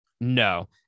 No